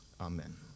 amen